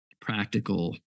practical